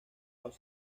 los